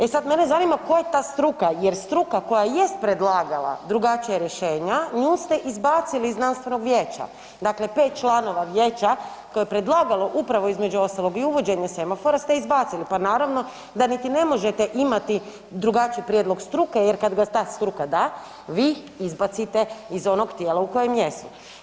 E sad mene zanima tko je ta struka, jer struka koja jest predlagala drugačija rješenja nju ste izbacili iz znanstvenog vijeća, dakle 5 članova vijeća koje je predlagalo upravo između ostalog i uvođenje semafora ste izbacili, pa naravno da niti ne možete imati drugačiji prijedlog struke jer kad ga ta struka da vi ih izbacite iz onog tijela u kojem jesu.